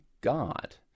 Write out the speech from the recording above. God